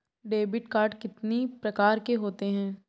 Debit card कितनी प्रकार के होते हैं?